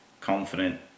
confident